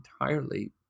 entirely